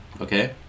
Okay